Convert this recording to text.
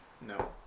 no